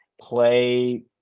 play